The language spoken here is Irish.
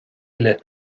uile